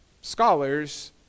scholars